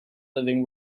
living